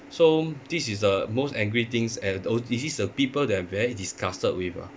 so this is the most angry things and oh this is the people that I'm very disgusted with lah